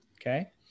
Okay